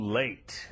late